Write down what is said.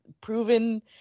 Proven